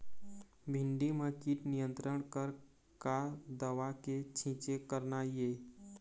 भिंडी म कीट नियंत्रण बर का दवा के छींचे करना ये?